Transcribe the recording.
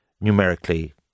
numerically